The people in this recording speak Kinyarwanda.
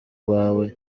iwawe